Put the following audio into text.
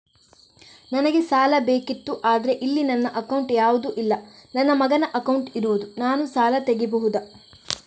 ನನಗೆ ಸಾಲ ಬೇಕಿತ್ತು ಆದ್ರೆ ಇಲ್ಲಿ ನನ್ನ ಅಕೌಂಟ್ ಯಾವುದು ಇಲ್ಲ, ನನ್ನ ಮಗನ ಅಕೌಂಟ್ ಇರುದು, ನಾನು ಸಾಲ ತೆಗಿಬಹುದಾ?